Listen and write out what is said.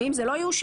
ואם זה לא יאושר,